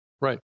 right